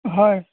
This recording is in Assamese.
হয়